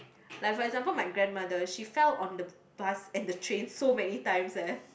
like for example my grandmother she fell on the bus and the train so many times eh